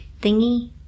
thingy